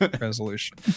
resolution